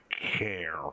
care